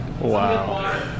wow